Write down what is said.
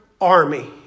army